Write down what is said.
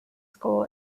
school